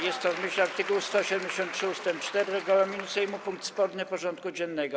Jest to w myśl art. 173 ust. 4 regulaminu Sejmu punkt sporny porządku dziennego.